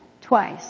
twice